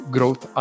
Growth